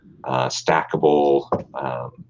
stackable